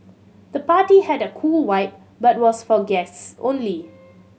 the party had a cool vibe but was for guests only